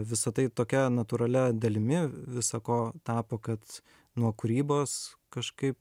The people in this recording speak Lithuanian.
visa tai tokia natūralia dalimi visa ko tapo kad nuo kūrybos kažkaip